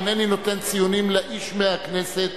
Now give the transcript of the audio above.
אינני נותן ציונים לאיש מהכנסת.